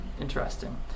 interesting